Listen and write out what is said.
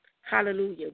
Hallelujah